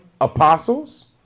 apostles